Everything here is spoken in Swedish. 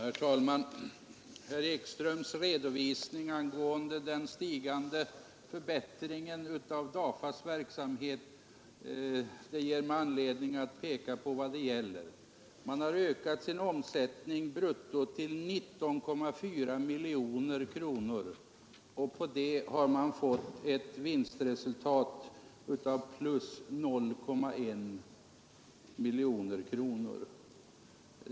Herr talman! Herr Ekströms redovisning av förbättringen av DAFA:s verksamhet ger mig anledning att peka på vad det här gäller. DAFA har ökat sin bruttoomsättning till 19,4 miljoner kronor, vilket har gett en vinst av 0,1 miljon kronor.